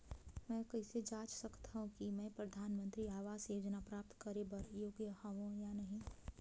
मैं कइसे जांच सकथव कि मैं परधानमंतरी आवास योजना प्राप्त करे बर योग्य हववं या नहीं?